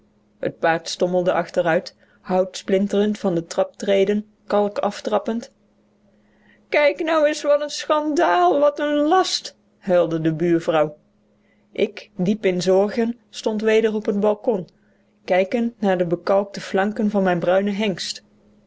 het paard stommelde achteruit hout splinterend van de traptreden kalk aftrappend kijk nou is wat n schandaal wat n last huilde de buurvrouw ik diep in zorgen stond weder op het balkon kijkend naar de bekalkte flanken van mijn bruinen hengst